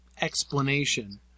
explanation